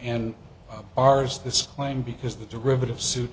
and ours this claim because the derivative suit